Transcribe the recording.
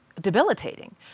debilitating